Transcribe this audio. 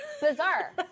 Bizarre